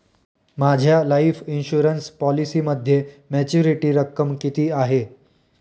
माझ्या life insurance पॉलिसीमध्ये maturity रक्कम किती आहे?